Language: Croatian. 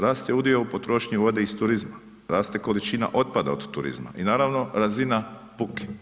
Raste udio u potrošnji vode iz turizma, raste količina otpada od turizma i naravno razina buke.